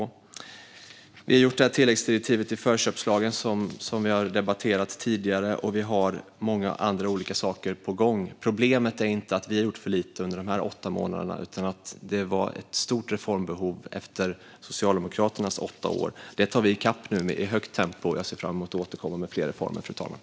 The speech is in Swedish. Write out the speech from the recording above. Vi har dessutom gjort det tilläggsdirektiv i förköpslagen som har debatterats tidigare, och vi har även många andra saker på gång. Problemet är inte att vi har gjort för lite under dessa åtta månader utan att det fanns ett stort reformbehov efter Socialdemokraternas åtta år. Där arbetar vi nu i kapp i ett högt tempo, och jag ser fram emot att återkomma med fler reformer, fru talman.